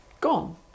gone